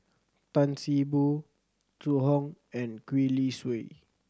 Tan See Boo Zhu Hong and Gwee Li Sui